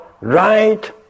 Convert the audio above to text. right